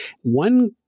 One